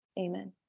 Amen